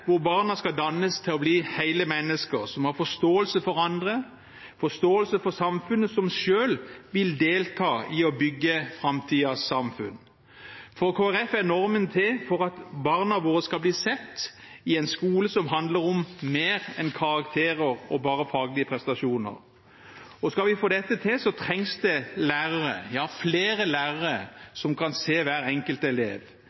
hvor barna skal dannes til å bli hele mennesker med forståelse for andre og forståelse for samfunnet, og som selv vil delta i å bygge framtidens samfunn. For Kristelig Folkeparti er normen til for at barna våre skal bli sett, i en skole som handler om mer enn karakterer og bare faglige prestasjoner. Skal vi få dette til, trengs det lærere – flere lærere som kan se hver enkelt elev,